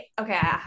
Okay